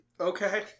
Okay